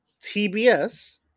TBS